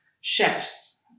chefs